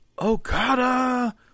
okada